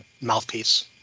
mouthpiece